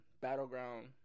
battleground